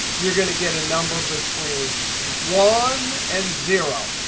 you're going to get a number between one and zero.